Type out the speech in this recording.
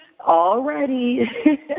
already